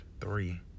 three